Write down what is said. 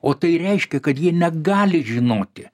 o tai reiškia kad jie negali žinoti